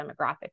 demographics